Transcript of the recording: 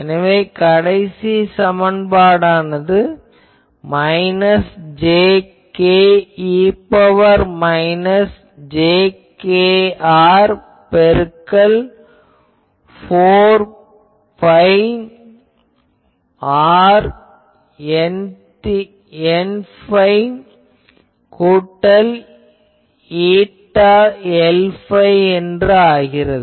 எனவே கடைசி சமன்பாடானது மைனஸ் jk e ன் பவர் மைனஸ் j kr பெருக்கல் 4 phi r Nθ கூட்டல் η Lϕ என ஆகிறது